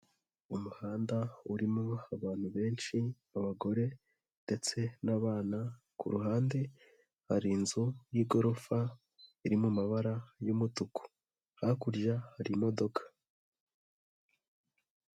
Umuhanda urimo abantu benshi b'abagore ndetse n'abana ku ruhande, hari inzu y'igorofa iri mu mabara y'umutuku hakurya hari imodoka.